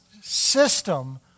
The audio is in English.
system